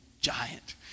giant